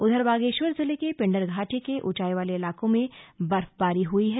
उधर बागेश्वर जिले के पिंडर घाटी के उंचाई वाले इलाकों में बर्फबारी हुई है